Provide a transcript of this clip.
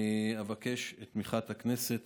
אבקש את תמיכת הכנסת